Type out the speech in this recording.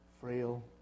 frail